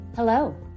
Hello